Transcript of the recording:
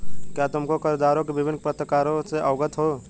क्या तुम कर्जदारों के विभिन्न प्रकारों से अवगत हो?